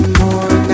more